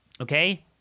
Okay